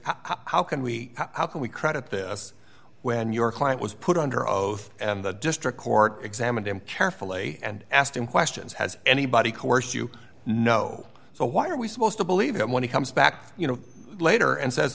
how can we how can we credit this when your client was put under oath and the district court examined him carefully and asked him questions has anybody coerced you know so why are we supposed to believe him when he comes back you know later and says